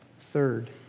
Third